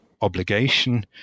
obligation